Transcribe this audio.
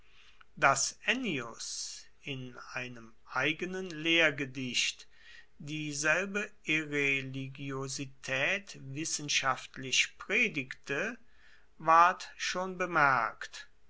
ennius in einem eigenen lehrgedicht dieselbe irreligiositaet wissenschaftlich predigte ward schon bemerkt